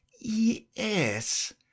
Yes